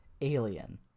alien